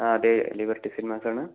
ആ അതെ ലിബർട്ടി സിനിമാസാണ്